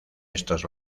estos